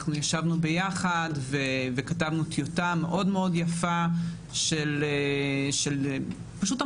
אנחנו ישבנו ביחד וכתבנו טיוטה מאוד יפה של המלצות,